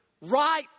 right